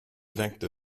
vector